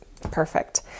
perfect